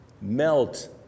melt